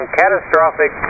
catastrophic